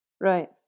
Right